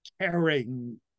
caring